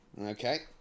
Okay